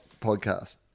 podcast